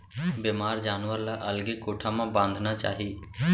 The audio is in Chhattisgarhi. बेमार जानवर ल अलगे कोठा म बांधना चाही